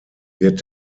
wird